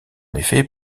effet